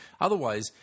Otherwise